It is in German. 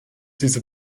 diese